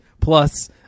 Plus